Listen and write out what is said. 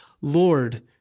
Lord